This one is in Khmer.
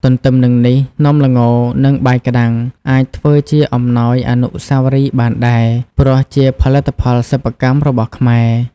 ទន្ទឹមនឹងនេះ នំល្ង និងបាយក្ដាំង អាចធ្វើជាអំណោយអនុស្សាវរីយ៍បានដែរ ព្រោះជាផលិតផលសិប្បកម្មរបស់ខ្មែរ ។